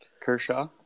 Kershaw